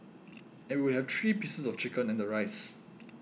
and we would have three pieces of chicken and the rice